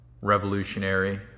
revolutionary